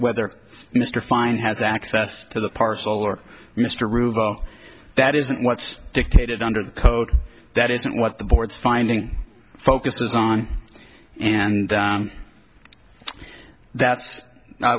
whether mr fein has access to the parcel or mr rubio that isn't what's dictated under the code that isn't what the board's finding focuses on and that's